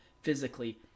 physically